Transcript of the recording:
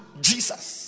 Jesus